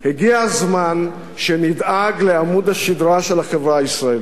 הגיע הזמן שנדאג לעמוד השדרה של החברה הישראלית.